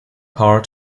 power